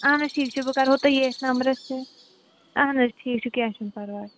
اہن حظ ٹھیٖک چھُ بہٕ کَرہو تۄہہِ ییٚتھۍ نَمبرَس تہِ اہن حظ ٹھیٖک چھُ کیٚنٛہہ چھُنہٕ پرواے